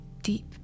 deep